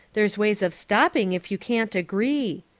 there's ways of stopping if you can't agree.